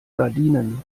gardinen